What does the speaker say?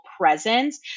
presence